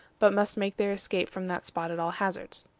but must make their escape from that spot at all hazards.